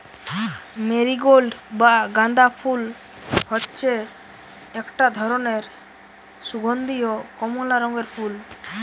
marigold বা গাঁদা ফুল হচ্ছে একটা ধরণের সুগন্ধীয় কমলা রঙের ফুল